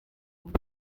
und